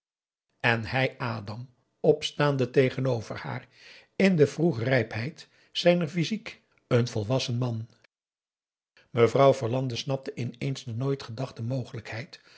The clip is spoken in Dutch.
en hij adam opstaande tegenover haar in de vroegrijpheid zijner physiek een volwassen man mevrouw verlande snapte ineens de nooit gedachte mogelijkheid